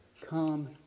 come